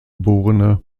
geb